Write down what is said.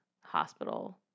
hospital